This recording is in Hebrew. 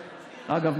אגב,